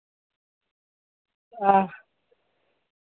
हां